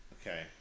Okay